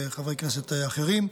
וחברי כנסת אחרים,